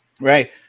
Right